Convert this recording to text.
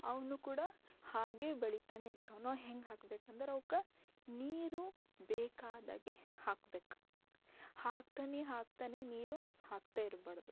ಅವುನೂ ಕೂಡ ಹಾಗೆ ಬೆಳಿತಾನೇ ಇರ್ತವೆ ನಾವು ಹೆಂಗೆ ಹಾಕ್ಬೇಕಂದ್ರೆ ಅವ್ಕೆ ನೀರು ಬೇಕಾದಾಗೆ ಹಾಕ್ಬೇಕು ಹಾಕ್ತಾನೆ ಹಾಕ್ತಾನೆ ನೀರು ಹಾಕ್ತಾ ಇರ್ಬಾರ್ದು